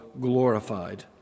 glorified